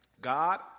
God